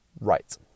Right